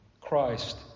Christ